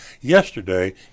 yesterday